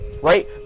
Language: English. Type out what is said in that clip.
Right